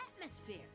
atmosphere